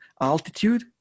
altitude